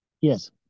Yes